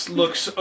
looks